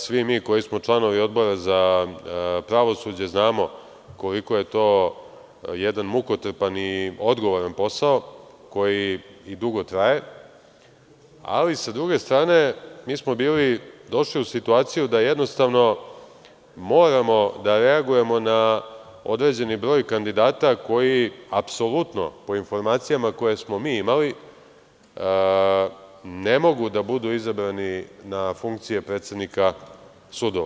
Svi mi koji smo članovi Odbora za pravosuđe znamo koliko je to jedan mukotrpan i odgovoran posao, koji i dugo traje, ali sa druge strane mi smo došli u situaciju da jednostavno moramo da reagujemo na određeni broj kandidata koji apsolutno, po informacijama koje smo mi imali, ne mogu da budu izabrani na funkcije predsednika sudova.